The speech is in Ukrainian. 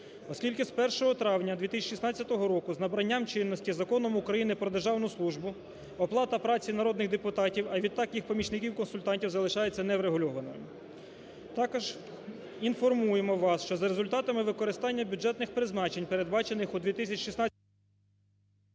Оскільки з 1 травня 2016 року з набранням чинності Законом України "Про державну службу" оплата праці народних депутатів, а відтак, їх помічників-консультантів залишається неврегульованою. Також інформуємо вас, що за результатами використання бюджетних призначень, передбачених у 2016…